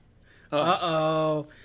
Uh-oh